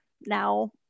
now